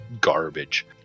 garbage